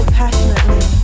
passionately